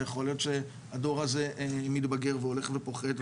ויכול להיות שהדור הזה מתבגר והולך ופוחת,